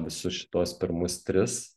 visus šituos pirmus tris